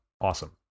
awesome